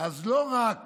אז לא רק